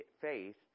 faith